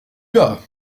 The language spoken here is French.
bas